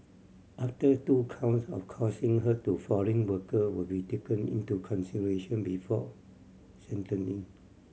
after two counts of causing hurt to foreign worker will be taken into consideration before